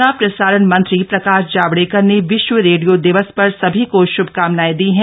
सूचना प्रसारण मंत्री प्रकाश जावेडकर ने विश्व रेडियो दिवस पर सभी को श्भकामनाएं दी हैं